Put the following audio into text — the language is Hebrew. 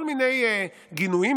וכל מיני גינויים,